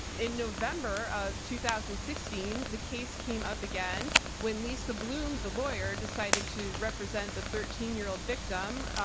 in november of two thousand and sixteen, the case came up again when lisa bloom, the lawyer, decided to represent the thirteen year old victim,